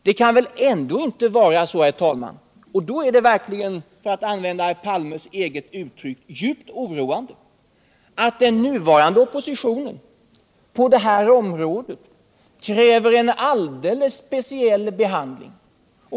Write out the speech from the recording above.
Det kan väl ändå inte vara så — då är det verkligen, för att använda herr Palmes eget uttryck, djupt oroande —att den nuvarande oppositionen kräver en alldeles speciell behandling?